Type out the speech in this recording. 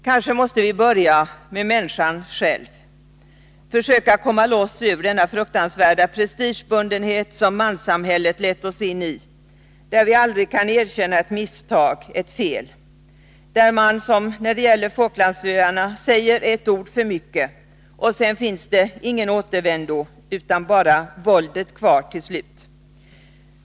Kanske måste vi börja med människan själv, med att komma loss ur den fruktansvärda prestigebundenhet som manssamhället lett oss in i, där vi aldrig kan erkänna ett misstag, ett fel, där man som när det gäller Falklandsöarna säger ett ord för mycket och sedan inte finner någon återvändo, utan bara har våldet kvar.